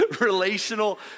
relational